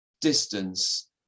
distance